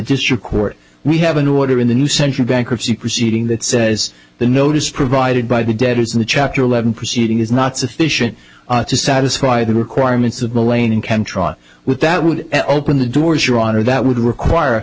district court we have a new order in the new century bankruptcy proceeding that says the notice provided by the debtors in the chapter eleven proceeding is not sufficient to satisfy the requirements of malayan can try with that would open the doors your honor that would require